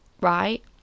right